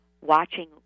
watching